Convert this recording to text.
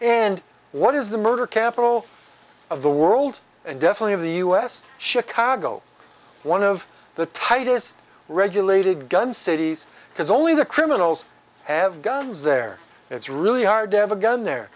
and what is the murder capital of the world and definitely of the us chicago one of the tightest regulated gun cities because only the criminals have guns there it's really hard to have a gun there